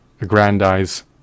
aggrandize